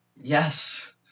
Yes